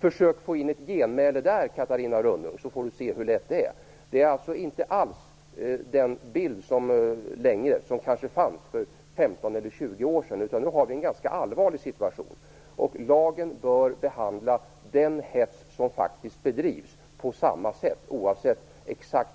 Försök att få in ett genmäle där, så får Catarina Rönnung se hur lätt det är! Detta är inte alls samma bild som fanns kanske för 15-20 år sedan. Nu har vi en ganska allvarlig situation. Lagen bör behandla den hets som faktiskt bedrivs på samma sätt, oavsett